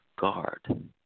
guard